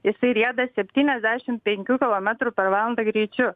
jisai rieda septyniasdešim penkių kilometrų per valandą greičiu